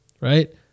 right